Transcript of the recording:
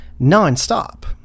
nonstop